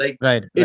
Right